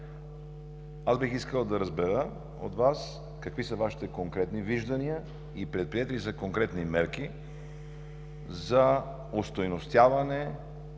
Бих искал да разбера от Вас: какви са Вашите конкретни виждания и предприети ли са конкретни мерки за остойностяване,